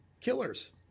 Killers